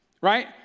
right